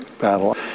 battle